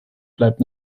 bleibt